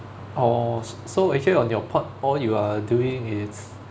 orh s~ so actually on your part all you are doing is